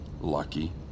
Lucky